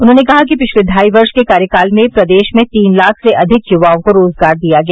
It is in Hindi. उन्होंने कहा कि पिछले ढाई वर्ष के कार्यकाल में प्रदेश में तीन लाख से अधिक युवाओं को रोजगार दिया गया